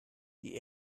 die